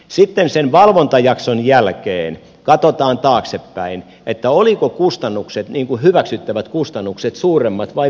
sitten sen valvontajakson jälkeen katsotaan taaksepäin olivatko kustannukset hyväksyttävät kustannukset suuremmat vai pienemmät